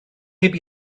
heb